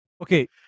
Okay